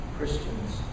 Christians